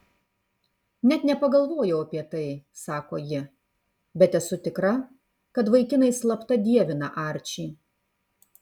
net nepagalvojau apie tai sako ji bet esu tikra kad vaikinai slapta dievina arčį